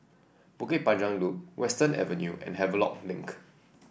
Bukit Panjang Loop Western Avenue and Havelock Link